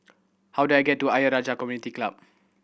how do I get to Ayer Rajah Community Club